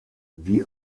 die